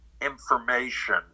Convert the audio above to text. information